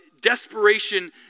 desperation